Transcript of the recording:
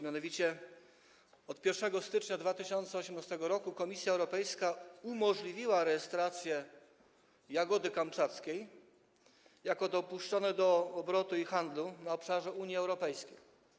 Mianowicie od 1 stycznia 2018 r. Komisja Europejska umożliwiła rejestrację jagody kamczackiej jako dopuszczonej do obrotu i handlu na obszarze Unii Europejskiej.